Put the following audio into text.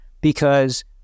because-